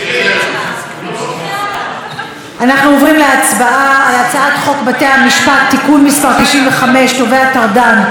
אנחנו עוברים להצבעה על הצעת חוק בתי המשפט (תיקון מס' 95) (תובע טרדן),